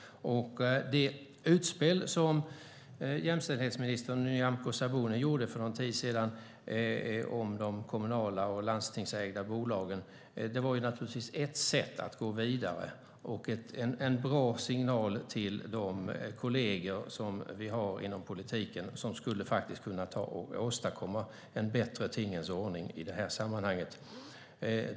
Det utspel som jämställdhetsminister Nyamko Sabuni gjorde för någon tid sedan om de kommunala och landstingsägda bolagen var naturligtvis ett sätt att gå vidare och en bra signal till de kolleger som vi har inom politiken som faktiskt skulle kunna åstadkomma en bättre tingens ordning i det här sammanhanget.